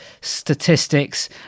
statistics